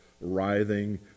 writhing